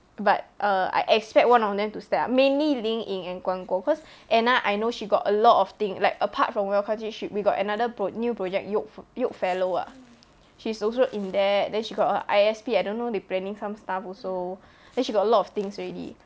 but err I expect one of them to step up mainly lin ying and guang guo cause anna I know she got a lot of thing like apart from welcome tea she we got another pro new project yoke yoke fellow ah she's also in there then she got her I_S_P I don't know they planning some stuff also then she got a lot of things already